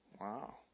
Wow